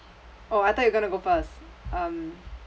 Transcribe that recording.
oh I thought you gonna go first um